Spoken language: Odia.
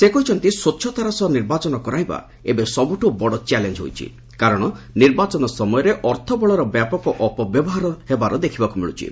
ସେ କହିଛନ୍ତି ସ୍ୱଚ୍ଚତାର ସହ ନିର୍ବାଚନ କରାଇବା ଏବେ ସବୁଠୁ ବଡ଼ ଚ୍ୟାଲେଞ୍ଜ୍ ହୋଇଛି କାରଣ ନିର୍ବାଚନ ସମୟରେ ଅର୍ଥବଳର ବ୍ୟାପକ ଅପବ୍ୟବହାର ହେବାର ଦେଖିବାକୁ ମିଳୁଛି